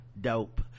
dope